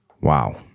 Wow